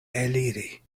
eliri